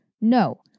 No